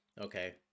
Okay